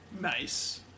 Nice